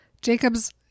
Jacob's